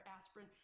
aspirin